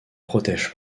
protège